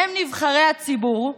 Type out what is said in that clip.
הם נבחרי הציבור,